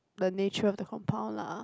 the nature of the compound lah